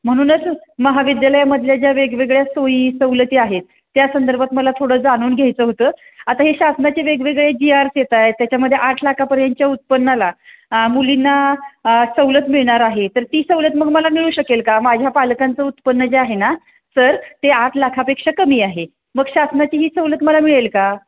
म्हणूनच महाविद्यालयामधल्या ज्या वेगवेगळ्या सोयी सवलती आहेत त्या संदर्भात मला थोडं जाणून घ्यायचं होतं आता हे शासनाचे वेगवेगळे जी आर्स येत आहेत त्याच्यामध्ये आठ लाखापर्यंतच्या उत्पन्नाला आ मुलींना सवलत मिळणार आहे तर ती सवलत मग मला मिळू शकेल का माझ्या पालकांचं उत्पन्न जे आहे ना सर ते आठ लाखापेक्षा कमी आहे मग शासनाची ही सवलत मला मिळेल का